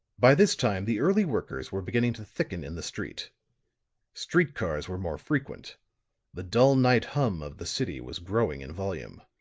by this time the early workers were beginning to thicken in the street street cars were more frequent the dull night hum of the city was growing in volume.